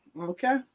Okay